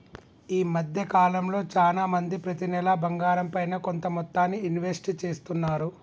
ఈ మద్దె కాలంలో చానా మంది ప్రతి నెలా బంగారంపైన కొంత మొత్తాన్ని ఇన్వెస్ట్ చేస్తున్నారు